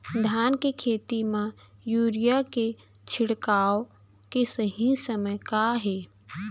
धान के खेती मा यूरिया के छिड़काओ के सही समय का हे?